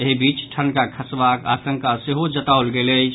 एहि बीच ठनका खसबाक आशंका सेहो जताओल गेल अछि